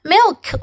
Milk